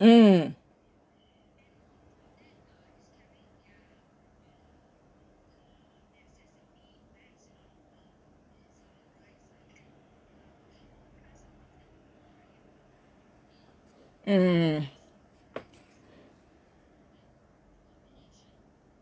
mm